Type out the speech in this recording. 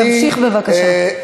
תמשיך, בבקשה.